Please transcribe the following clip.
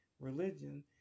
religion